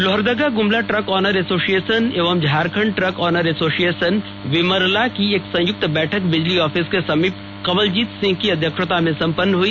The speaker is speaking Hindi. Lohardaga Gumla truck owner association एवं झारखंड ट्रक ओनर एसोसिएशन विमरला की एक संयुक्त बैठक बिजली ऑफिस के समीप कवलजीत सिंह की अध्यक्षता में संपन्न हुई